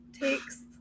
takes